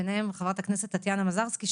ביניהם חברת הכנסת טטיאנה מזרסקי,